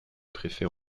préfet